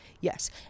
yes